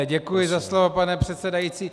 Děkuji za slovo, pane předsedající.